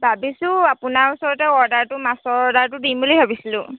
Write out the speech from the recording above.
ভাবিছোঁ আপোনাৰ ওচৰতে অৰ্ডাৰটো মাছৰ অৰ্ডাৰটো দিম বুলি ভাবিছিলোঁ